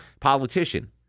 Politician